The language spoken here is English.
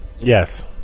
Yes